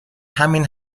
همین